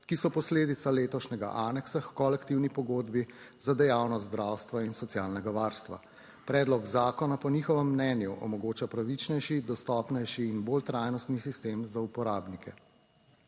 ki so posledica letošnjega aneksa h kolektivni pogodbi za dejavnost zdravstva in socialnega varstva. Predlog zakona po njihovem mnenju omogoča pravičnejši, dostopnejši in bolj trajnostni sistem za uporabnike.